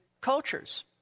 cultures